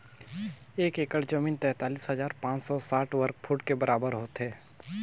एक एकड़ जमीन तैंतालीस हजार पांच सौ साठ वर्ग फुट के बराबर होथे